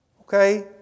Okay